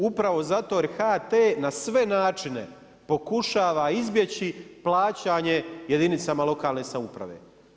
Upravo zato jer HT na sve načine pokušava izbjeći plaćanje jedinicama lokalne samouprave.